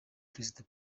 perezida